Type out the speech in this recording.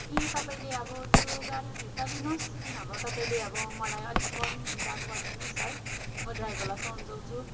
के तपाईँले अब त्यो गाडी फिर्ता लिनुहोस् कि नभए तपाईँले अब मलाई अलिक कम दाम गरिदिनुहोस् है म ड्राइभरलाई सम्झाउँछु